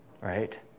right